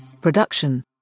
production